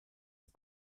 est